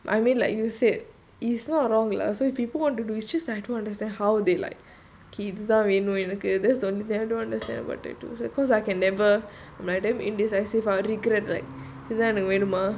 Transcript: I mean like you said it's not wrong lah so if people want to do is just I don't understand how they like எனக்குஇதுதான்வேணும்:enaku idhuthan venum that's the only thing I don't understand about tattoos uh cause I can never I'm like damn indecisive ah regret இதான்வேணுமா:idhan venuma